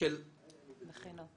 המכינות